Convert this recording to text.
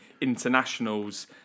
internationals